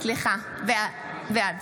בעד